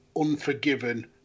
unforgiven